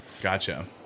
gotcha